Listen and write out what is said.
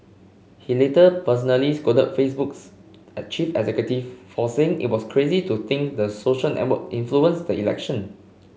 he later personally scolded Facebook's chief executive for saying it was crazy to think the social network influenced the election